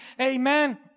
amen